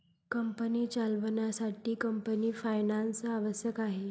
company चालवण्यासाठी company finance आवश्यक आहे